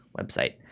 website